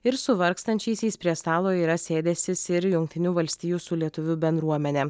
ir su vargstančiaisiais prie stalo yra sėdęsis ir jungtinių valstijų su lietuvių bendruomene